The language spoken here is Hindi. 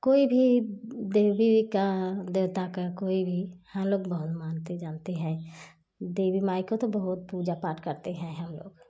कोई भी देवी का देवता का कोई भी हम लोग बहुत मानते जानते हैं देवी माँ को तो बहुत पूजा पाठ करते हैं हम लोग